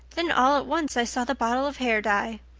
then all at once i saw the bottle of hair dye.